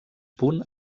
punt